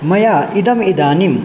मया इदमिदानीं